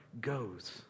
goes